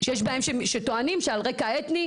שיש בהם שטוענים שעל רקע אתני,